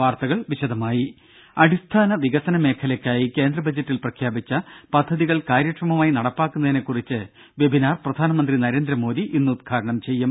വാർത്തകൾ വിശദമായി അടിസ്ഥാന വികസനമേഖലക്കായി കേന്ദ്രബജറ്റിൽ പ്രഖ്യാപിച്ച പദ്ധതികൾ കാര്യക്ഷമമായി നടപ്പാക്കുന്നതിനെ കുറിച്ച് വെബിനാർ പ്രധാനമന്ത്രി നരേന്ദ്രമോദി ഇന്ന് ഉദ്ഘാടനം ചെയ്യും